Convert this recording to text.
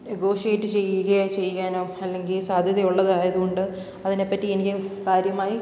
negotiate ചെയ്യുകയോ ചെയ്യാനോ അല്ലെങ്കിൽ സാധ്യത ഉള്ളതായത് കൊണ്ട് അതിനെ പറ്റി എനിക്ക് കാര്യമായി